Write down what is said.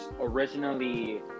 originally